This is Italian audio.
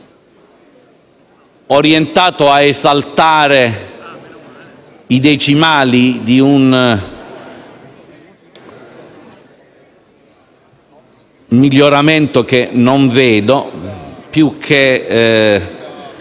orientato ad esaltare i decimali di un miglioramento che non vedo, più che